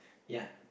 ya